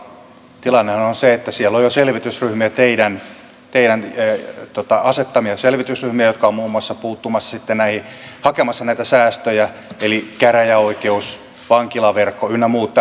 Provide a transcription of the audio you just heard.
eli tilannehan on se että siellä on jo selvitysryhmiä teidän asettamianne selvitysryhmiä jotka ovat muun muassa puuttumassa sitten näihin hakemassa näitä säästöjä eli käräjäoikeus vankilaverkko ynnä muut tämmöiset